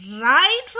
right